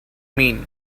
mean